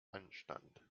anstand